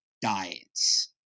diets